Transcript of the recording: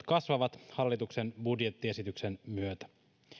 kasvavat hallituksen budjettiesityksen myötä